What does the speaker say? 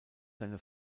seine